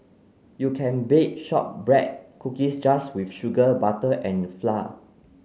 you can bake shortbread cookies just with sugar butter and flour